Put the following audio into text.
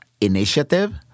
Initiative